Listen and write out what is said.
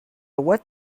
what